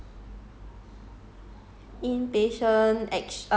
只有 inpatient 也是有 midnight shift [what]